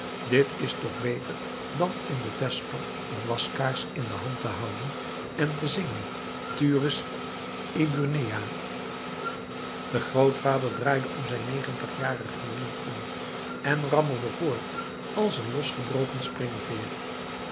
dit is toch beter dan in de vesper een waskaars in de hand te houden en te zingen turris eburnea de grootvader draaide op zijn negentigjarige hielen om en rammelde voort als een losgebroken springveer